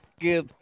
give